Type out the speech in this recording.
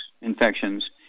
infections